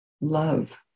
Love